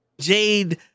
Jade